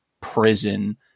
prison